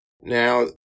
Now